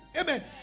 Amen